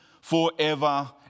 forever